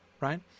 right